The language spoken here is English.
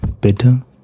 better